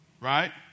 Right